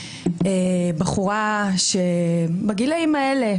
בחורה שבגילאים האלה,